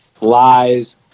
Lies